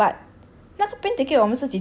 it was quite early right I remember